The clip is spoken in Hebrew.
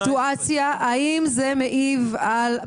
זו סוגייה שניתן עליה את הדעת,